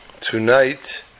Tonight